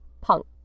punk